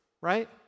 right